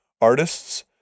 artists